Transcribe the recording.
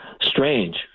strange